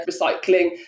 recycling